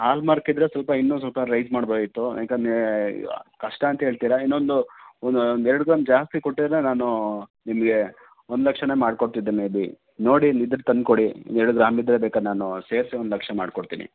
hallmark ಇದ್ದರೆ ಸ್ವಲ್ಪ ಇನ್ನೂ ಸ್ವಲ್ಪ ರೈಸ್ ಮಾಡ್ಬೋದಾಗಿತ್ತು ಏಕಂದ್ರೆ ಕಷ್ಟ ಅಂತ ಹೇಳ್ತೀರ ಇನ್ನೊಂದು ಒಂದು ಒಂದು ಎರಡು ಗ್ರಾಮ್ ಜಾಸ್ತಿ ಕೊಟ್ಟಿದ್ದರೆ ನಾನು ನಿಮಗೆ ಒಂದು ಲಕ್ಷನೇ ಮಾಡಿಕೊಡ್ತಿದ್ದೆ ಮೇಬಿ ನೋಡಿ ಇಲ್ಲಿದ್ರೆ ತಂದ್ಕೊಡಿ ಎರಡು ಗ್ರಾಮ್ ಇದ್ದರೆ ಬೇಕಾರೆ ನಾನು ಸೇರ್ಸ್ಯೇ ಒಂದು ಲಕ್ಷ ಮಾಡಿಕೊಡ್ತೀನಿ